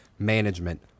management